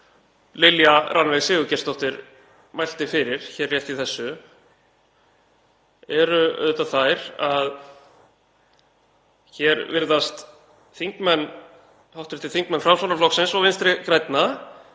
Lilja Rannveig Sigurgeirsdóttir mælti fyrir hér rétt í þessu eru auðvitað þær að hér virðast hv. þingmenn Framsóknarflokksins og Vinstri grænna